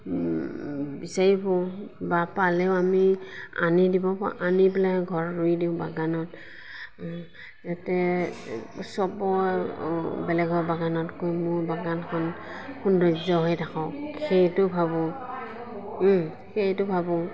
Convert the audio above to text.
বিচাৰি ফুৰোঁ বা পালেও আমি আনি দিব আনি পেলাই ঘৰত ৰুই দিওঁ বাগানত যাতে চবৰ বেলেগৰ বাগানতকৈ মোৰ বাগানখন সৌন্দৰ্য হৈ থাকক সেইটো ভাবোঁ সেইটো ভাবোঁ